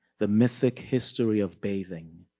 the mythic history of bathing,